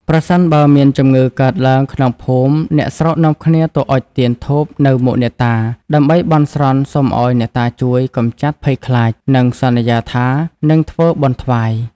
ប្រសិនបើមានជំងឺកើតឡើងក្នុងភូមិ អ្នកស្រុកនាំគ្នាទៅអុជទៀនធូបនៅមុខអ្នកតា ដើម្បីបន់ស្រន់សុំឲ្យអ្នកតាជួយកម្ចាត់ភ័យខ្លាច និងសន្យាថានឹងធ្វើបុណ្យថ្វាយ ។